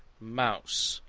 mouse,